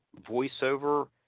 voiceover